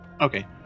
okay